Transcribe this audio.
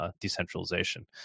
Decentralization